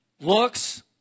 looks